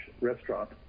restaurant